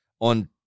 on